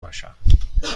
باشم